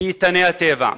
באיתני הטבע.